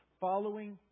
following